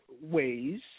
ways